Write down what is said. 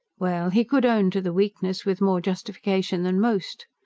well, he could own to the weakness with more justification than most.